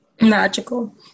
magical